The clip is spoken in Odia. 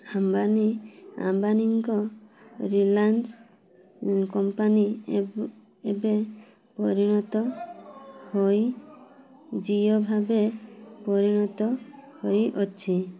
ଆମ୍ବାନୀ ଆମ୍ବାନିଙ୍କ ରିଲାଏନ୍ସ୍ କମ୍ପାନୀ ଏବ୍ ଏବେ ପରିଣତ ହୋଇ ଜିଓ ଭାବେ ପରିଣତ ହୋଇଅଛି